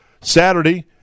Saturday